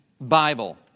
Bible